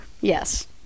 yes